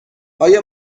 آیا